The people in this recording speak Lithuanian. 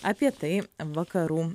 apie tai vakarų